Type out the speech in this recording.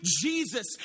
Jesus